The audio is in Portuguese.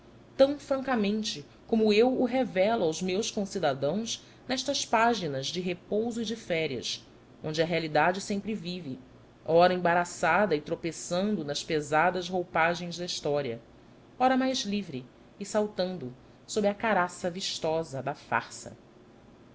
tão francamente como eu o revelo aos meus concidadãos nestas páginas de repouso e de férias onde a realidade sempre vive ora embaraçada e tropeçando nas pesadas roupagens da história ora mais livre e saltando sob a caraça vistosa da farsa